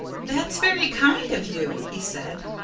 that's very kind of you, he said.